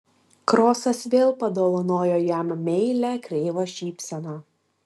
krosas vėl padovanojo jam meilią kreivą šypseną